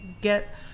get